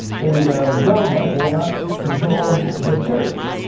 the government will not control the church.